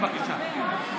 בבקשה.